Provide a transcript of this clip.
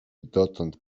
dotąd